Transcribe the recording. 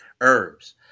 herbs